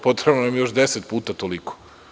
Potrebno nam je još deset puta toliko.